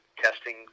testing